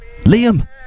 Liam